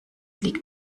liegt